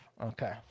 Okay